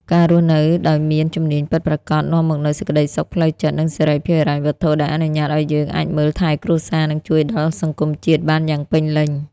ការរស់នៅដោយមានជំនាញពិតប្រាកដ នាំមកនូវសេចក្ដីសុខផ្លូវចិត្ត និងសេរីភាពហិរញ្ញវត្ថុ ដែលអនុញ្ញាតឱ្យយើងអាចមើលថែគ្រួសារ និងជួយដល់សង្គមជាតិបានយ៉ាងពេញលេញ។